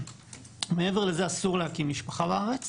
מעבר לזה, אסור להקים משפחה בארץ.